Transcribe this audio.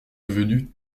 devenus